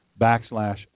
backslash